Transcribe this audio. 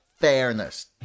fairness